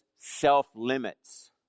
self-limits